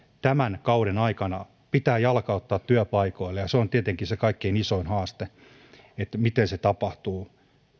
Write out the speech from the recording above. tämän kauden aikana pitää jalkauttaa työpaikoille ja ja se on tietenkin se kaikkein isoin haaste että miten se tapahtuu